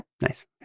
Nice